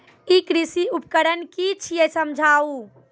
ई कृषि उपकरण कि छियै समझाऊ?